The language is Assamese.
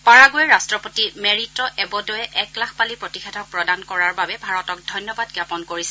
পাৰাগুৱেৰ ৰট্টপতি মেৰিট' এবড'ৱে এক লাখ পালি প্ৰতিষেধক প্ৰদান কৰাৰ বাবে ভাৰতক ধন্যবাদ জ্ঞাপন কৰিছে